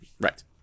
Right